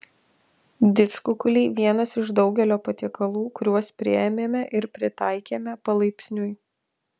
didžkukuliai vienas iš daugelio patiekalų kuriuos priėmėme ir pritaikėme palaipsniui